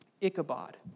Ichabod